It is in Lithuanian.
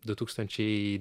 du tūkstančiai